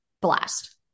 blast